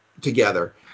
together